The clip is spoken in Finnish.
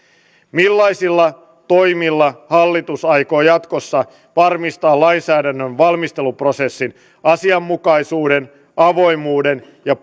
millaisilla toimilla hallitus aikoo jatkossa varmistaa lainsäädännön valmisteluprosessin asianmukaisuuden avoimuuden ja